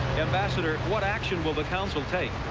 ambassador, what action will the council take?